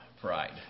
pride